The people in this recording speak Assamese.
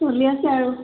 চলি আছে আৰু